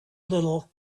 little